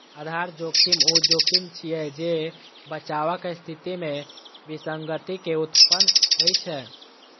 आधार जोखिम ऊ जोखिम छियै, जे बचावक स्थिति मे विसंगति के उत्पन्न होइ छै